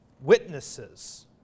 witnesses